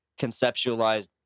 conceptualized